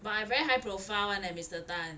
but I very high profile [one] leh mr tan